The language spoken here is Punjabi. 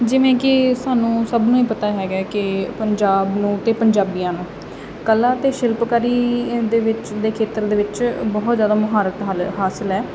ਜਿਵੇਂ ਕਿ ਸਾਨੂੰ ਸਭ ਨੂੰ ਹੀ ਪਤਾ ਹੈਗਾ ਕਿ ਪੰਜਾਬ ਨੂੰ ਅਤੇ ਪੰਜਾਬੀਆਂ ਨੂੰ ਕਲਾ ਅਤੇ ਸ਼ਿਲਪਕਾਰੀ ਦੇ ਵਿੱਚ ਦੇ ਖੇਤਰ ਦੇ ਵਿੱਚ ਬਹੁਤ ਜ਼ਿਆਦਾ ਮੁਹਾਰਤ ਹਲ ਹਾਸਲ ਹੈ